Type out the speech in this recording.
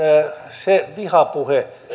se vihapuhe